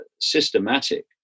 systematic